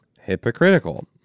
Hypocritical